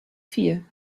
fear